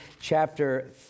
chapter